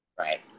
Right